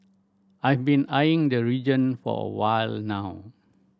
I've been eyeing the region for a while now